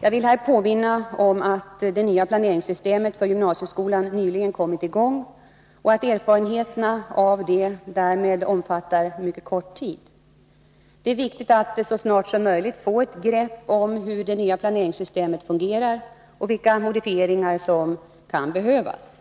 Jag vill här påminna om att det nya planeringssystemet för gymnasieskolan nyligen kommit i gång och att erfarenheterna av det därmed omfattar mycket kort tid. Det är viktigt att så snart som möjligt få ett grepp om hur det nya planeringssystemet fungerar och vilka modifieringar som kan behövas.